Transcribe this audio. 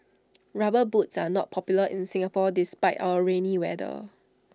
rubber boots are not popular in Singapore despite our rainy weather